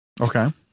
Okay